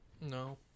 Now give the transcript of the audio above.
No